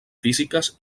físiques